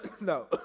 No